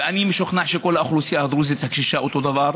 ואני משוכנע שכל האוכלוסייה הדרוזית הקשישה אותו דבר,